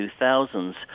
2000s